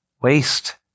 waste